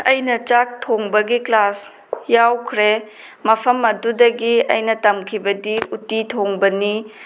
ꯑꯩꯅ ꯆꯥꯛ ꯊꯣꯡꯕꯒꯤ ꯀ꯭ꯂꯥꯁ ꯌꯥꯎꯈ꯭ꯔꯦ ꯃꯐꯝ ꯑꯗꯨꯗꯒꯤ ꯑꯩꯅ ꯇꯝꯈꯤꯕꯗꯤ ꯎꯇꯤ ꯊꯣꯡꯕꯅꯤ